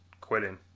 quitting